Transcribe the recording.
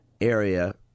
area